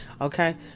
okay